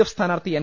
F സ്ഥാനാർത്ഥി N